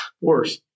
worse